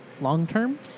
long-term